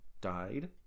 died